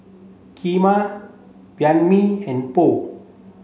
Kheema Banh Mi and Pho